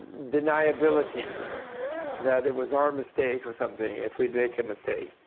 deniability you know that it was our mistake or something if we make a mistake.